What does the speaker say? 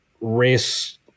race